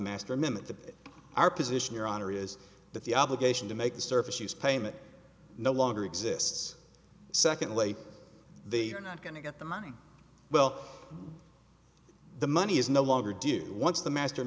master minute that our position your honor is that the obligation to make the service use payment no longer exists secondly they are not going to get the money well the money is no longer do once the master